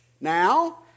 now